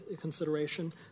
consideration